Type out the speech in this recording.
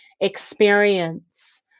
experience